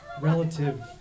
relative